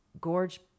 gorge